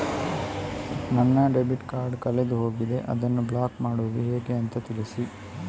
ನನ್ನ debit card ಕಳೆದು ಹೋಗಿದೆ, ಅದನ್ನು ಬ್ಲಾಕ್ ಮಾಡುವುದು ಹೇಗೆ ಅಂತ ತಿಳಿಸಿ?